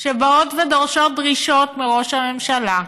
שבאות ודורשות דרישות מראש הממשלה.